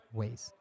ways